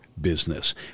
Business